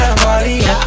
party